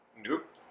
Nope